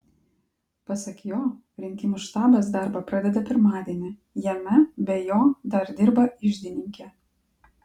pasak jo rinkimų štabas darbą pradeda pirmadienį jame be jo dar dirba iždininkė